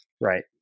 Right